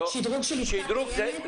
שדרוג של עסקה קיימת?